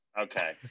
okay